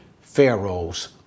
Pharaoh's